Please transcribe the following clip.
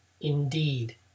indeed